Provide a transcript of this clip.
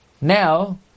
Now